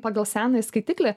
pagal senąjį skaitiklį